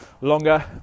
longer